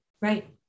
right